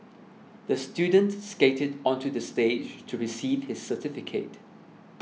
the student skated onto the stage to receive his certificate